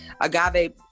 Agave